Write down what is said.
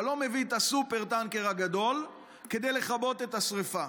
אתה לא מביא את הסופר-טנקר הגדול כדי לכבות את השרפה.